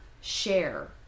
share